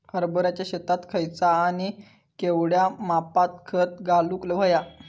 हरभराच्या शेतात खयचा आणि केवढया मापात खत घालुक व्हया?